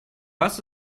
hast